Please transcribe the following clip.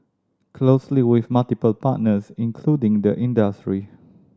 closely with multiple partners including the industry